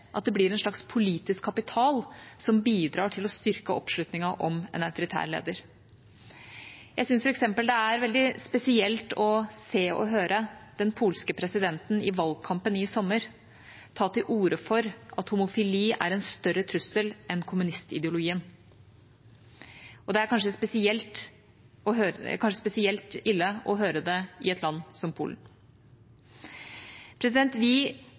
at det blir en slags politisk kapital som bidrar til å styrke oppslutningen om en autoritær leder. Jeg synes f.eks. det er veldig spesielt å se og høre den polske presidenten i valgkampen i sommer ta til orde for at homofili er en større trussel enn kommunistideologien. Og det er kanskje spesielt ille å høre det i et land som Polen. Vi